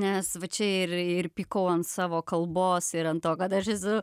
nes va čia ir ir pykau ant savo kalbos ir ant to kad aš esu